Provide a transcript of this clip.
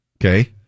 Okay